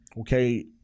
okay